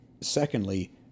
Secondly